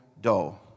doe